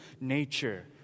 nature